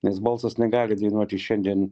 nes balsas negali dainuoti šiandien